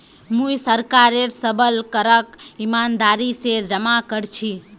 मुई सरकारेर सबल करक ईमानदारी स जमा कर छी